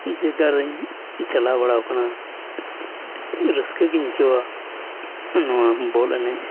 ᱡᱟᱭᱜᱟ ᱨᱮᱧ ᱪᱟᱞᱟᱣ ᱵᱟᱲᱟᱣ ᱠᱟᱱᱟ ᱱᱮᱛᱟᱨ ᱫᱚ ᱟᱹᱰᱤ ᱨᱟᱹᱥᱠᱟᱹ ᱜᱮᱧ ᱟᱹᱭᱠᱟᱹᱣᱟ ᱱᱚᱣᱟ ᱵᱚᱞ ᱮᱱᱮᱡ